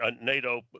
nato